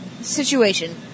situation